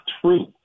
true